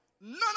none